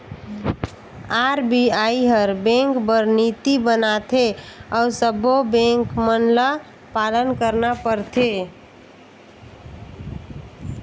RBI हर bank बर नीति बनाथे अउ सब्बों बेंक मन ल पालन करना परथे